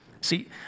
See